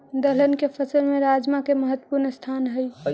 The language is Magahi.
दलहन के फसल में राजमा के महत्वपूर्ण स्थान हइ